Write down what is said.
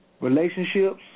relationships